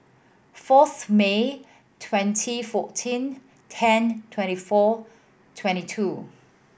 fourth May twenty fourteen ten twenty four twenty two